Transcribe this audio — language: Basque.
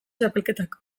txapelketak